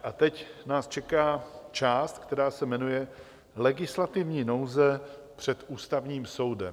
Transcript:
A teď nás čeká část, která se jmenuje legislativní nouze před Ústavním soudem.